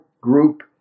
group